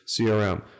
CRM